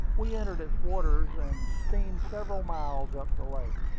we entered its waters, and steamed several miles up the lake.